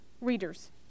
readers